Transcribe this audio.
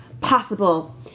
possible